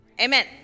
Amen